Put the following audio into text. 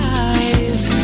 eyes